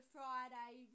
Friday